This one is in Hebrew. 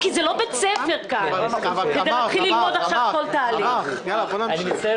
הם הולכים לים בספטמבר ואוקטובר אלא הם רוצים לצאת